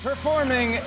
Performing